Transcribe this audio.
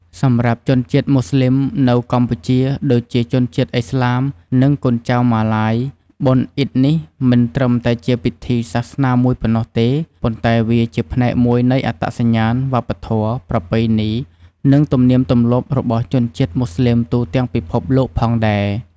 សម្រាប់ជនជាតិមូស្លីមនៅកម្ពុជា ដូចជា ជនជាតិឥស្លាម និងកូនចៅម៉ាឡាយ បុណ្យអ៊ីឌនេះមិនត្រឹមតែជាពិធីសាសនាមួយប៉ុណ្ណោះទេ ប៉ុន្តែវាជាផ្នែកមួយនៃអត្តសញ្ញាណ វប្បធម៌ ប្រពៃណី និងទំនៀមទម្លាប់របស់ជនជាតិមូស្លីមទូទាំងពិភពលោកផងដែរ។